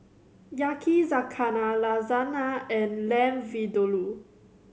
Yakizakana Lasagna and Lamb Vindaloo